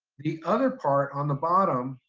the other part on the bottom,